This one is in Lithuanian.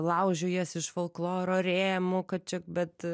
laužiu jas iš folkloro rėmų kad čia bet